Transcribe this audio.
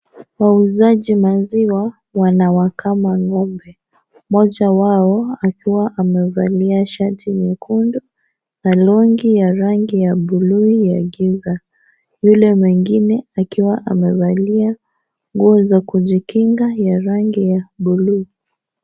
Wauzaji maziwa wanawakama ng'ombe. Moja wao akiwa amevalia shati nyekundu na long'i ya rangi ya bluu ya giza, yule mwingine akiwa amevalia nguo za kujikinga ya rangi ya bluu.